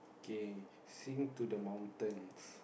okay sing to the mountains